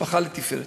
משפחה לתפארת.